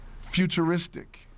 Futuristic